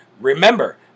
Remember